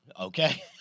Okay